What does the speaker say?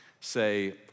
Say